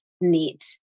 neat